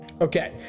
okay